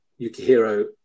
Yukihiro